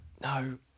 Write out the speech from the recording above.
No